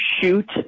shoot